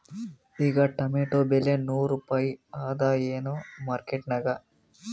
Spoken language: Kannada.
ಈಗಾ ಟೊಮೇಟೊ ಬೆಲೆ ನೂರು ರೂಪಾಯಿ ಅದಾಯೇನ ಮಾರಕೆಟನ್ಯಾಗ?